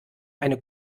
eine